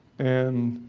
and